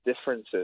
differences